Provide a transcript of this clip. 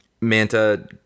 Manta